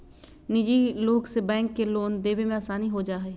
निजी लोग से बैंक के लोन देवे में आसानी हो जाहई